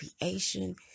creation